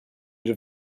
need